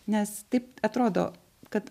nes taip atrodo kad